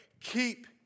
keep